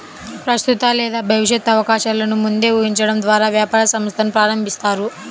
ప్రస్తుత లేదా భవిష్యత్తు అవకాశాలను ముందే ఊహించడం ద్వారా వ్యాపార సంస్థను ప్రారంభిస్తారు